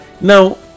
Now